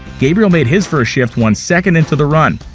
gabriel made his first shift one second into the run.